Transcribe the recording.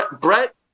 Brett